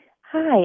Hi